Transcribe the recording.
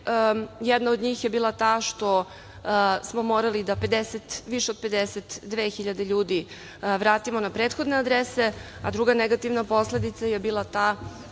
posledica je bila ta što smo morali da više od 52.000 ljudi vratimo na prethodne adrese, a druga negativna posledica je bila ta